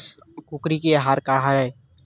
कुकरी के आहार काय?